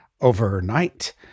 overnight